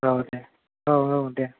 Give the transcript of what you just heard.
औ दे औ औ दे